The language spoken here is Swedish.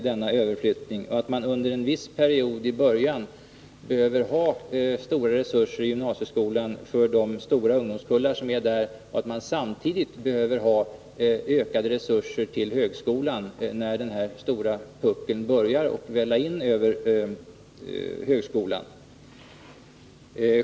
I början behöver man under en viss period ha stora resurser i gymnasieskolan för de stora ungdomskullar som vi har där, och man behöver samtidigt ökade resurser till högskolan när elever från den stora sextonårspuckeln börjar välla in över högskolan.